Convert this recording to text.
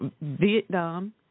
Vietnam